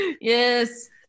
Yes